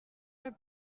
are